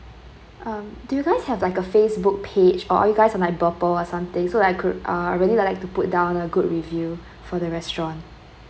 um do you guys have like a facebook page or are you guys on like or something so I could uh really lah like to put down a good review for the restaurant